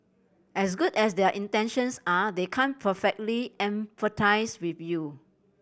as good as their intentions are they can't perfectly empathise with you